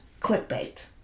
clickbait